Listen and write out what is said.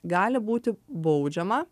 gali būti baudžiama